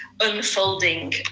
unfolding